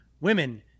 women